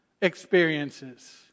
experiences